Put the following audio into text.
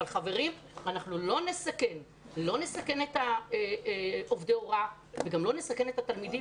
אנחנו לא נסכן את עובדי ההוראה וגם לא נסכן את התלמידים